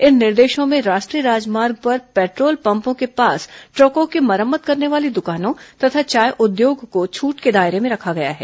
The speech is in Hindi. इन निर्देशों में राष्ट्रीय राजमार्ग पर पेट्रोल पंपों के पास ट्रकों की मरम्मत वाली दुकानों तथा चाय उद्योग को छूट के दायरे में रखा गया है